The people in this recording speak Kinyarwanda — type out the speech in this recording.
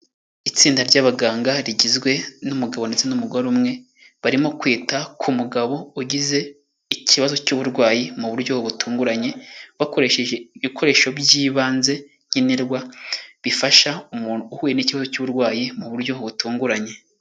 Itsinda ry'abaganga rigizwe n'umugabo ndetse n'umugore umwe, barimo kwita ku mugabo ugize ikibazo cy'uburwayi mu buryo butunguranye bakoresheje ibikoresho by'ibanze nkenerwa bifasha umuntu uhuye n'ikibazo cy'uburwayi mu buryo butunguranye.